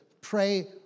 pray